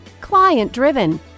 client-driven